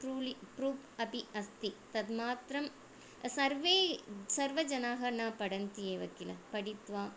proof अपि अस्ति तत् मात्रं सर्वे सर्वे जनाः न पठन्ति एव किल पठित्वा